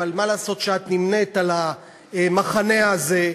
אבל מה לעשות שאת נמנית עם המחנה הזה.